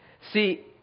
See